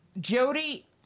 Jody